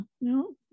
no